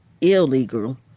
illegal